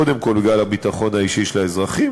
קודם כול בגלל הביטחון האישי של האזרחים,